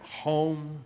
home